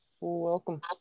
Welcome